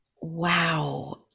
Wow